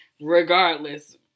regardless